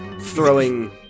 throwing